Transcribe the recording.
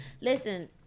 Listen